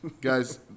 Guys